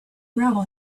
gravel